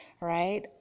right